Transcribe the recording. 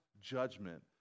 judgment